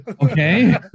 Okay